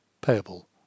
payable